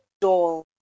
doll